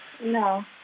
No